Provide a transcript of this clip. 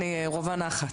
לשאלתך,